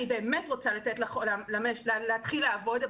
שאני באמת רוצה לתת להתחיל לעבוד,